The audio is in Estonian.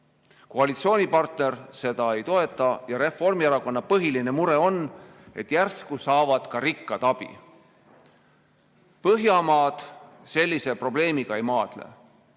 Koalitsioonipartner seda ei toeta, Reformierakonna põhiline mure on, et järsku saavad ka rikkad abi. Põhjamaad sellise probleemiga ei maadle